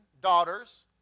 daughters